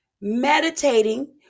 Meditating